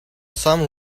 some